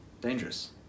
dangerous